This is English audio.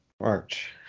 march